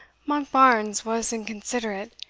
monkbarns was inconsiderate.